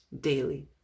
daily